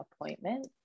appointment